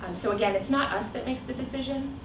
so again, it's not us that makes the decision.